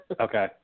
okay